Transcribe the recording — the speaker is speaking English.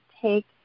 take